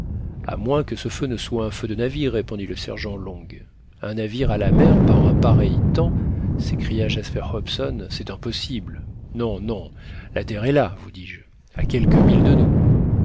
à moins que ce feu ne soit un feu de navire répondit le sergent long un navire à la mer par un pareil temps s'écria jasper hobson c'est impossible non non la terre est là vous dis-je à quelques milles de nous